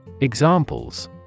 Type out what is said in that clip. Examples